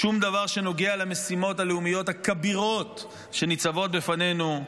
שום דבר שנוגע למשימות הלאומיות הכבירות שניצבות בפנינו.